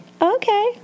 Okay